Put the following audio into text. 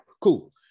cool